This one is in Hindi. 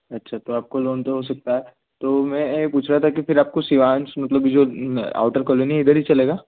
अच्छा तो आपका लोन तो हो सकता है तो मैं यह पूछ रहा था कि फिर आपको शिवांश मतलब जो आउटर कॉलोनी है इधर ही चलेगा